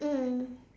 mm